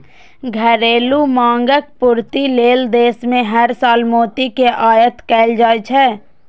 घरेलू मांगक पूर्ति लेल देश मे हर साल मोती के आयात कैल जाइ छै